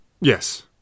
Yes